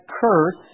curse